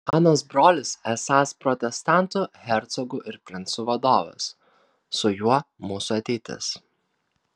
anos brolis esąs protestantų hercogų ir princų vadovas su juo mūsų ateitis